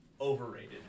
overrated